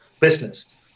business